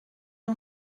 اون